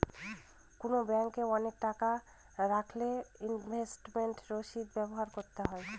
কোনো ব্যাঙ্কে অনেক টাকা খাটালে ইনভেস্টমেন্ট রসিদ ব্যবহার করতে হয়